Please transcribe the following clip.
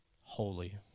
holy